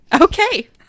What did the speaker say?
Okay